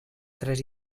tres